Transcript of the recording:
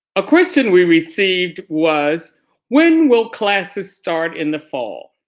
a question we received was when will classes start in the fall?